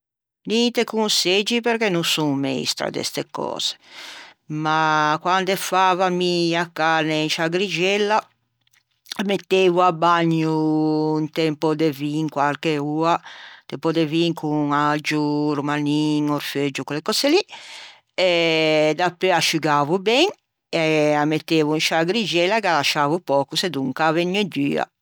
Ninte conseggi perché no son meistra mi de queste cöse ma quande fava mie a carne in sciâ grixella â metteivo à bagnâ inte un pö de vin quarche oa inte un pö de vin con aggio, romanin, öfeuggio, quelle cöse lì e dapeu â sciugavo ben â metteivo in sciâ grixella e gh'â lasciavo pöco sedonca a vëgne dua.